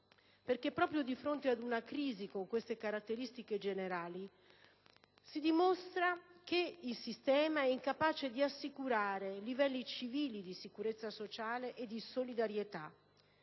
perché proprio di fronte ad una crisi con queste caratteristiche generali si dimostra che il sistema è incapace di assicurare livelli civili di sicurezza sociale e di solidarietà.